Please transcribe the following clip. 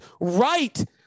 right